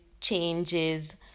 changes